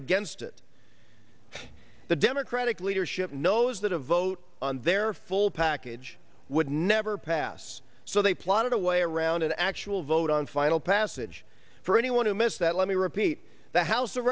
against it the democratic leadership knows that a vote on their full package would never pass so they plotted a way around an actual vote on final passage for anyone who missed that let me repeat the house of